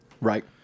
Right